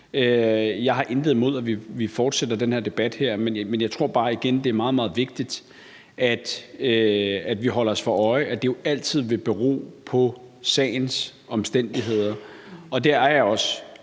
Jeg har intet imod, at vi fortsætter den her debat, men jeg tror bare, igen, at det er meget, meget vigtigt, at vi holder os for øje, at det jo altid vil bero på sagens omstændigheder. Og der er også